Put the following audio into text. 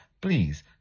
please